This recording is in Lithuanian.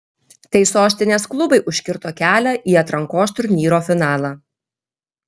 tai sostinės klubui užkirto kelią į atrankos turnyro finalą